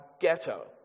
ghetto